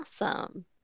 awesome